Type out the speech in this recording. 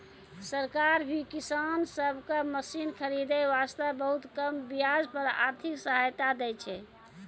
सरकार भी किसान सब कॅ मशीन खरीदै वास्तॅ बहुत कम ब्याज पर आर्थिक सहायता दै छै